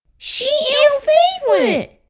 she our favourite!